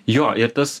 jo ir tas